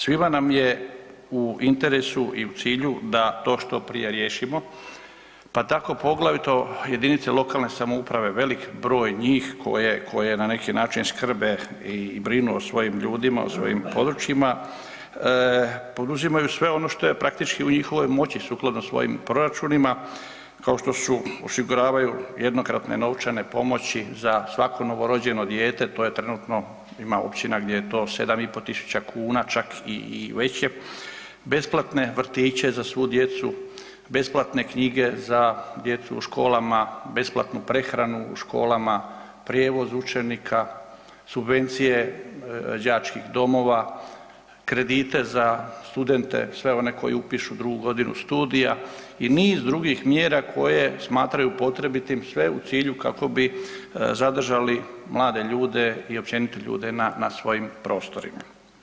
Svima nam je u interesu i u cilju da to što prije riješimo pa tako poglavito jedinice lokalne samouprave veliki broj njih koje, koje na neki način skrbe i brinu o svojim ljudima o svojim područjima poduzimaju sve ono što je praktički u njihovoj moći sukladno svojim proračunima kao što su osiguravaju jednokratne novčane pomoći za svako novorođeno dijete to je trenutno ima općina gdje je to 7.500 kuna čak i veće, besplatne vrtiće za svu djecu, besplatne knjige za djecu u školama, besplatnu prehranu u školama, prijevoz učenika, subvencije đačkih domova, kredite za studente sve one koji upišu drugu godinu studija i niz drugih mjera koje smatraju potrebitim sve u cilju kako zadržali mlade ljude i općenito ljude na svojim prostorima.